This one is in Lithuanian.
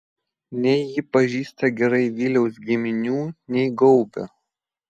nei ji pažįsta gerai viliaus giminių nei gaubio